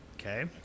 Okay